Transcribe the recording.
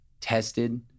tested